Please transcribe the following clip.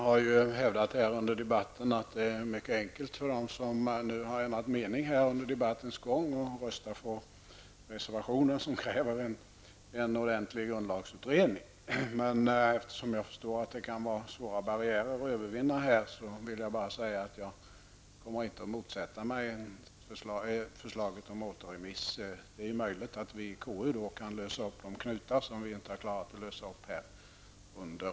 Fru talman! Jag har ju under debatten hävdat att det är mycket enkelt för dem som under debatten har ändrat mening att rösta på reservationen, där det krävs en ordentlig grundlagsutredning. Eftersom jag förstår att det kan finnas svåra barriärer att övervinna, vill jag bara säga att jag inte kommer att motsätta mig ett förslag om återremiss. Det är möjligt att vi i KU kan lösa upp de knutar som inte har kunnat lösas upp här.